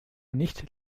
nicht